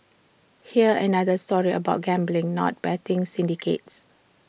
here's another story about gambling not betting syndicates